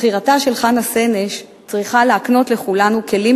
בחירתה של חנה סנש צריכה להקנות לכולנו כלים